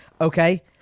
Okay